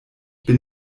bin